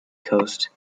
coast